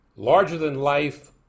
larger-than-life